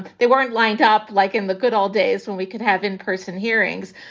they weren't lined up like in the good old days when we could have in-person hearings.